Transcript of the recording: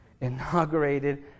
Inaugurated